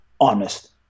honest